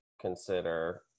consider